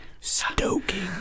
Stoking